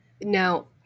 Now